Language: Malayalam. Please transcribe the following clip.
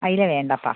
അയില വേണ്ടാപ്പാ